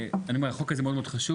אני אומר, החוק הזה מאוד מאוד חשוב.